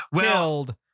killed